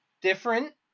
different